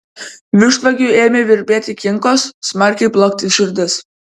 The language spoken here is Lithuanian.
vištvagiui ėmė virpėti kinkos smarkiai plakti širdis